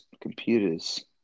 computers